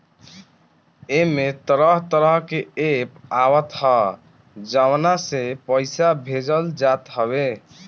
एमे तरह तरह के एप्प आवत हअ जवना से पईसा भेजल जात हवे